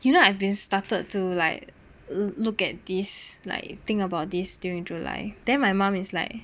you know I've been started to like look at this like think about this during July then my mum is like